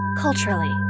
Culturally